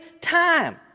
time